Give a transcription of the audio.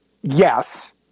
Yes